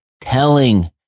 telling